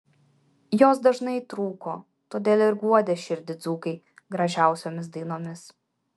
jos dažnai trūko todėl ir guodė širdį dzūkai gražiausiomis dainomis